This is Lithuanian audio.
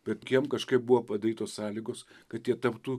bet kiem kažkaip buvo padarytos sąlygos kad jie taptų